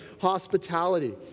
hospitality